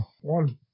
one